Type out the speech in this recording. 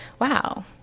wow